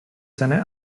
seine